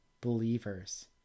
believers